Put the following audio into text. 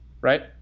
right